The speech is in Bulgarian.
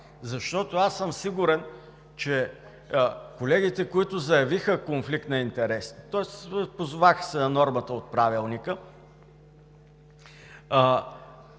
това.“ Аз съм сигурен, че колегите, които заявиха конфликт на интереси, тоест позоваха се на нормата от Правилника,